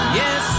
yes